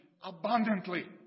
abundantly